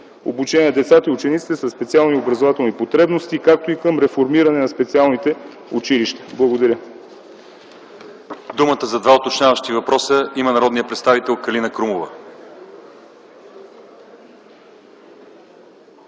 обучение на децата и учениците със специални образователни потребности, както и към реформиране на специалните училища. Благодаря. ПРЕДСЕДАТЕЛ ЛЪЧЕЗАР ИВАНОВ: Думата за два уточняващи въпроса има народният представител Калина Крумова.